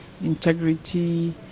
integrity